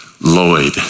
Lloyd